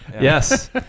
Yes